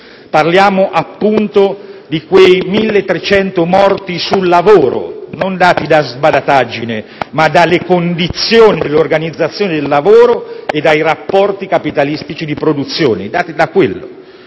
parliamo di quei 1.300 morti sul lavoro, non dati da sbadataggine, ma dalle condizioni dell'organizzazione del lavoro e dai rapporti capitalistici di produzione; sono